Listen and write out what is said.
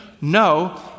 No